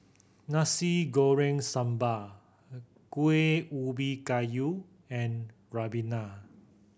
Nasi Goreng Sambal Kueh Ubi Kayu and ribena